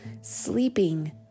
sleeping